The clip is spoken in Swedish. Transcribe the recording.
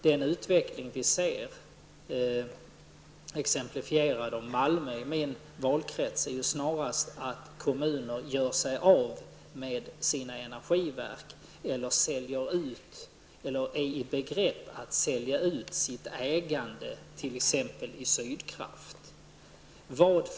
Den utveckling vi ser, exemplifierad av Malmö i min valkrets, är snarast att kommuner gör sig av med sina energiverk eller är i begrepp att sälja ut sitt ägande. Det gäller t.ex. Sydkraft.